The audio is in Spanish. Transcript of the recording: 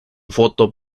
foto